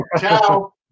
Ciao